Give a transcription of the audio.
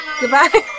goodbye